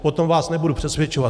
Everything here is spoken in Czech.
O tom vás nebudu přesvědčovat.